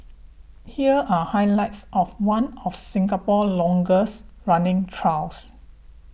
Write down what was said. here are highlights of one of Singapore's longest running trials